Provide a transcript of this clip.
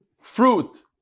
fruit